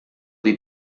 dei